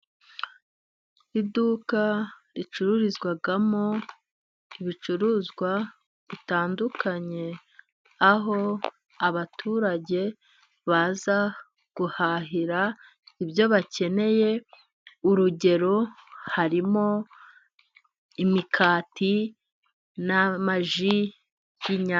Iduka ricururizwamo ibicuruzwa bitandukanye, aho abaturage baza guhahira ibyo bakeneye urugero harimo: imikati ,n' amaji y'inyange.